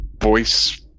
voice